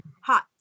hot